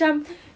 tapi ya